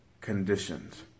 conditions